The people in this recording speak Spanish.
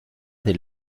del